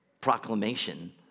proclamation